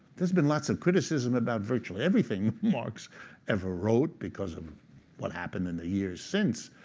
there's been lots of criticism about virtually everything marx ever wrote, because of what happened in the years since.